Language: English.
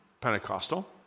Pentecostal